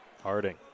Harding